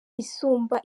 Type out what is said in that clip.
isumba